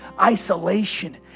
isolation